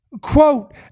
Quote